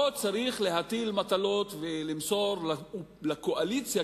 לא צריך להטיל מטלות ולמסור לקואליציה